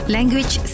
Language